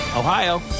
Ohio